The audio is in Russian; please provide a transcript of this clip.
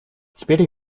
теперь